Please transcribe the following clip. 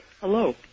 Hello